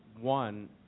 one